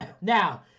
now